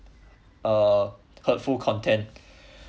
a hurtful content